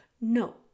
No